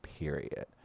Period